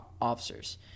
officers